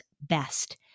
best